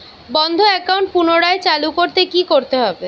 বন্ধ একাউন্ট পুনরায় চালু করতে কি করতে হবে?